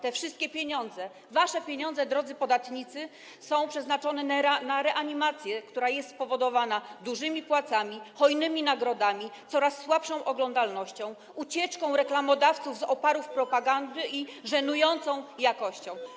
Te wszystkie pieniądze, wasze pieniądze, drodzy podatnicy, są przeznaczone na reanimację - jest to spowodowane dużymi płacami, hojnymi nagrodami, coraz słabszą oglądalnością, ucieczką reklamodawców z oparów propagandy i żenującą jakością.